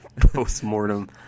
post-mortem